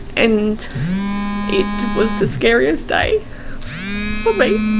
and it was the scariest day for me.